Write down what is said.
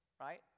right